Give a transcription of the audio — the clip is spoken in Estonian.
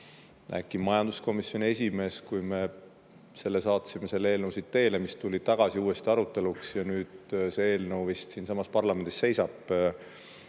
äkki majanduskomisjoni esimees, kui me selle saatsime, selle eelnõu siit teele, mis tuli tagasi uuesti aruteluks, ja nüüd see eelnõu vist siinsamas parlamendis seisab.